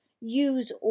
use